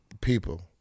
people